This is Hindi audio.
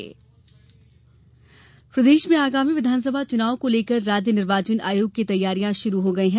निर्वाचन साक्षरता प्रदेश में आगामी विधानसभा चुनाव को लेकर राज्य निर्वाचन आयोग की तैयारियां शुरू हो गई हैं